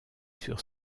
sur